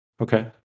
Okay